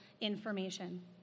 information